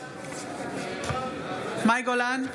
מאי גולן,